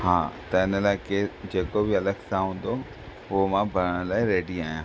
हा त हिन लाइ के जेको बि अलगि॒ सां हूंदो उहो मां भरणु लाइ रेडी आहियां